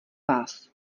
vás